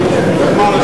נתקבלה.